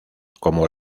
como